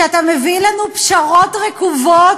שאתה מביא לנו פשרות רקובות,